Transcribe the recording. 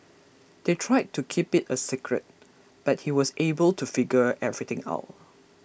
they tried to keep it a secret but he was able to figure everything out